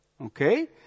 Okay